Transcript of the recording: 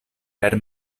per